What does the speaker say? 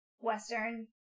Western